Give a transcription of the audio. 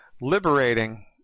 liberating